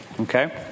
Okay